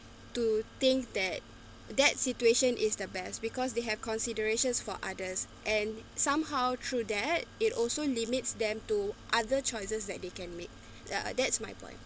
to think that that situation is the best because they have considerations for others and somehow through that it also limits them to other choices that they can make uh that's my point